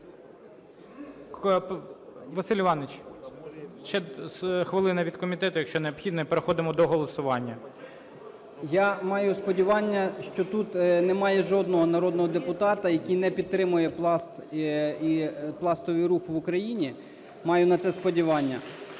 Василь Іванович, ще хвилина від комітету, якщо необхідно, і переходимо до голосування. 16:55:29 МОКАН В.І. Я маю сподівання, що тут немає жодного народного депутата, який не підтримує Пласт і пластовий рух в Україні. Маю на це сподівання.